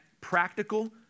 practical